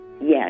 Yes